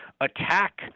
attack